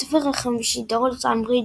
בספר החמישי דולורס אמברידג'